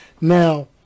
Now